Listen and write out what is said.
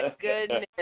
goodness